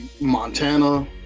Montana